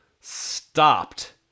stopped